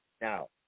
Now